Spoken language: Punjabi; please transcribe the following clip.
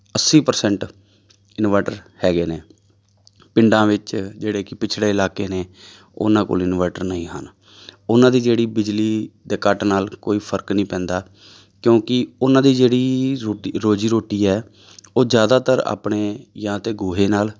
ਅੱਸੀ ਪ੍ਰਸੈਂਟ ਇਨਵਾਟਰ ਹੈਗੇ ਨੇ ਪਿੰਡਾਂ ਵਿੱਚ ਜਿਹੜੇ ਕਿ ਪਿਛੜੇ ਇਲਾਕੇ ਨੇ ਉਹਨਾਂ ਕੋਲ ਇਨਵਾਟਰ ਨਹੀਂ ਹਨ ਉਹਨਾਂ ਦੀ ਜਿਹੜੀ ਬਿਜਲੀ ਦੇ ਕੱਟ ਨਾਲ ਕੋਈ ਫਰਕ ਨਹੀਂ ਪੈਂਦਾ ਕਿਉਂਕਿ ਉਹਨਾਂ ਦੀ ਜਿਹੜੀ ਰੋਟੀ ਰੋਜ਼ੀ ਰੋਟੀ ਹੈ ਉਹ ਜ਼ਿਆਦਾਤਰ ਆਪਣੇ ਜਾਂ ਤਾਂ ਗੋਹੇ ਨਾਲ